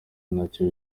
nabyo